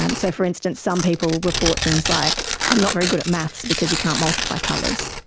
um so for instance some people report things like, i'm not very good at maths because you can't multiply colours.